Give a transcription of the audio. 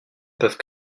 peuvent